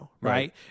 Right